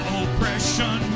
oppression